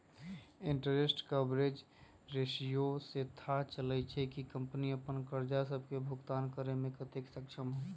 interest coverage ratio से थाह चललय छै कि कंपनी अप्पन करजा सभके भुगतान करेमें कतेक सक्षम हइ